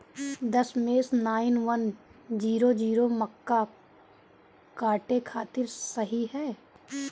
दशमेश nine one zero zero मक्का काटे खातिर सही ह?